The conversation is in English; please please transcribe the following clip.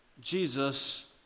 Jesus